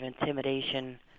intimidation